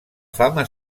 fama